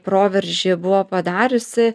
proveržį buvo padariusi